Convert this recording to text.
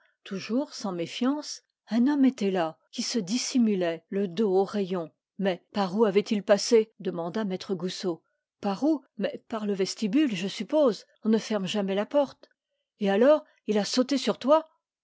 toujours sans méfiance un homme était là qui se dissimulait le dos aux rayons mais par où avait-il passé demanda maître goussot par où mais par le vestibule je suppose on ne ferme jamais la porte et alors il a sauté sur toi